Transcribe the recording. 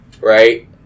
right